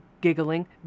giggling